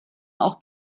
auch